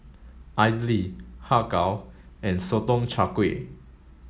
Idly Har Kow and Sotong Char Kway